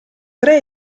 tre